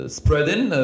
spreading